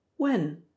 When